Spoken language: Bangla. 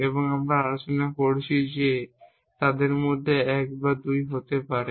এবং আমরা আলোচনা করেছি যে তাদের মধ্যে 1 বা 2 হতে পারে